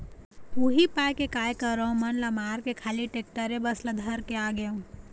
उही पाय के काय करँव मन ल मारके खाली टेक्टरे बस ल धर के आगेंव